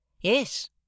Yes